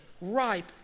ripe